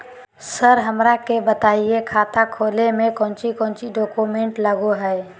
Sir हमरा के बताएं खाता खोले में कोच्चि कोच्चि डॉक्यूमेंट लगो है?